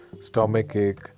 stomachache